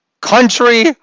country